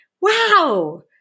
Wow